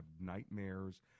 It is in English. nightmares